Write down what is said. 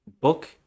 book